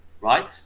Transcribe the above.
Right